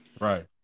right